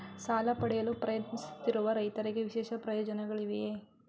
ಸಾಲ ಪಡೆಯಲು ಪ್ರಯತ್ನಿಸುತ್ತಿರುವ ರೈತರಿಗೆ ವಿಶೇಷ ಪ್ರಯೋಜನಗಳಿವೆಯೇ?